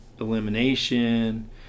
elimination